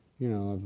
you know,